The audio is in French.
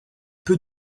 peu